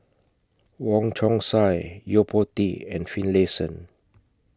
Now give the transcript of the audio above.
Wong Chong Sai Yo Po Tee and Finlayson